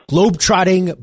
Globetrotting